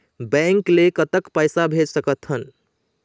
Bank ले कतक पैसा भेज सकथन?